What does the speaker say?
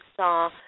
saw